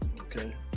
Okay